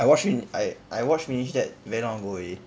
I watch in I I watch finish that very long ago already